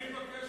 אני מבקש